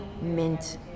mint